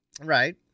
Right